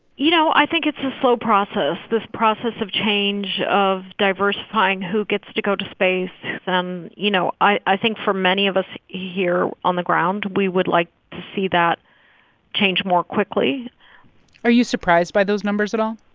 you know, i think it's a slow process, this process of change of diversifying who gets to go to space. um you know, i think for many of us here on the ground, we would like to see that change more quickly are you surprised by those numbers at all?